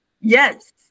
Yes